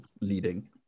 leading